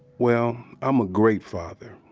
well, i'm a great father.